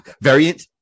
variant